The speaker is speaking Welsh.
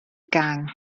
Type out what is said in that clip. gang